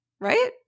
right